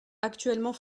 actuellement